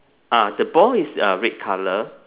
ah the ball is uh red colour